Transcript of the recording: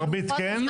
מרבית כן.